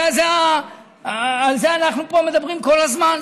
על זה אנחנו מדברים פה כל הזמן,